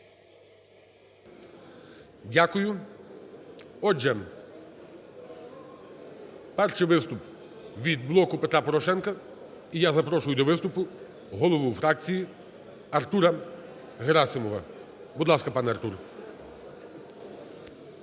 Дякую. Отже, перший виступ від "Блоку Петра Порошенка". І я запрошую до виступу голову фракції Артура Герасимова. Будь ласка, пане Артур.